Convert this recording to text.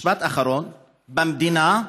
משפט אחרון, במדינה,